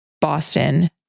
Boston